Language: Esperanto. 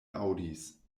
aŭdis